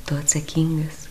tu atsakingas